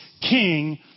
king